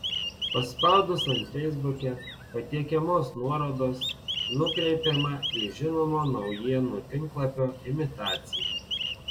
paspaudus ant feisbuke patiekiamos nuorodos nukreipiama į žinomo naujienų tinklalapio imitaciją